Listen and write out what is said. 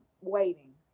waiting